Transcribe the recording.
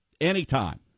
Anytime